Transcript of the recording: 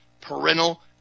parental